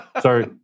sorry